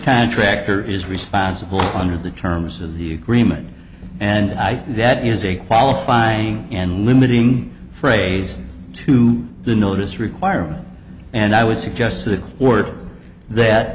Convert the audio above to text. contractor is responsible under the terms of the agreement and i think that is a qualifying and limiting phrase to the notice requirement and i would suggest t